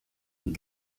you